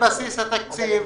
ושם גם יהיה בסיס לדיונים,